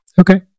Okay